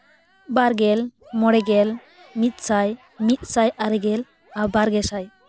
ᱵᱟᱨ ᱜᱮᱞ ᱢᱚᱬᱮ ᱜᱮᱞ ᱢᱤᱫ ᱥᱟᱭ ᱢᱤᱫ ᱥᱟᱭ ᱟᱨᱮ ᱜᱮᱞ ᱵᱟᱨ ᱜᱮᱥᱟᱭ